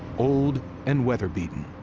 old and weather-beaten,